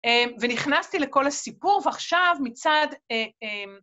ונכנסתי לכל הסיפור ועכשיו מצד...